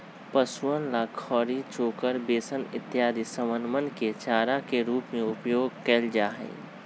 पशुअन ला खली, चोकर, बेसन इत्यादि समनवन के चारा के रूप में उपयोग कइल जाहई